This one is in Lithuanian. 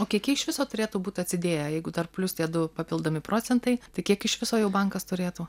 o kiek jie iš viso turėtų būti atsidėję jeigu dar plius tie du papildomi procentai tai kiek iš viso jau bankas turėtų